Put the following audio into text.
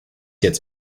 jetzt